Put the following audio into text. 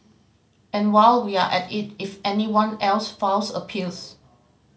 and while we're at it if anyone else files appeals